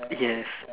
yes